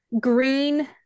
green